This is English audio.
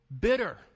bitter